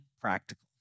practical